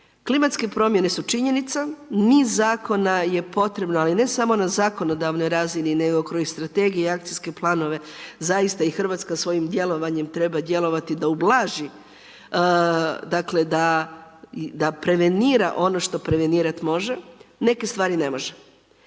Klimatske promjene su činjenica, niz zakona je potrebno ali ne samo na zakonodavnoj razini, nego kroz i strategije i akcijske planove. Zaista i Hrvatska svojim djelovanjem treba djelovati da ublaži dakle da prevenira ono što prevenirati može, neke stvari ne može.